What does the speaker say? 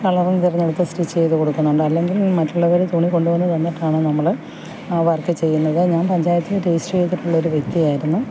കളറും തിരഞ്ഞെടുത്ത് സ്റ്റിച്ച് ചെയ്ത് കൊടുക്കുന്നുണ്ട് അല്ലെങ്കിൽ മറ്റുള്ളവർ തുണി കൊണ്ടുവന്ന് തന്നിട്ടാണ് നമ്മൾ ആ വർക്ക് ചെയ്യുന്നത് ഞാൻ പഞ്ചായത്തിൽ രജിസ്റ്ററ് ചെയ്തിട്ടുള്ളൊരു വ്യക്തിയായിരുന്നു